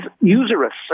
usurious